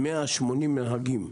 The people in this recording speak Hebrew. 180 נהגים.